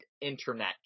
internet